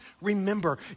remember